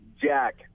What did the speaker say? jack